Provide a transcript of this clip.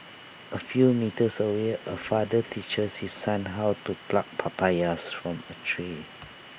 A few metres away A father teaches his son how to pluck papayas from A tree